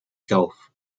gulf